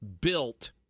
built